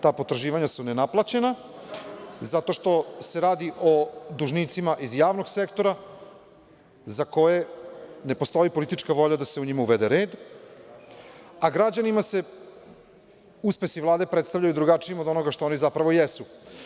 Ta potraživanja su nenaplaćena zato što se radi o dužnicima iz javnog sektora za koje ne postoji politička volja da se u njima uvede red, a građanima se uspesi Vlade predstavljaju drugačijim od onoga što oni zapravo jesu.